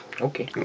okay